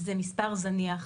זה מספר זניח.